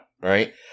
right